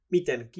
miten